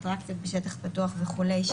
אטרקציות בשטח פתוח וכולי,